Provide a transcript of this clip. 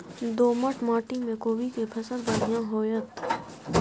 दोमट माटी में कोबी के फसल बढ़ीया होतय?